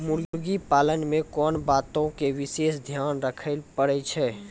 मुर्गी पालन मे कोंन बातो के विशेष ध्यान रखे पड़ै छै?